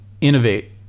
innovate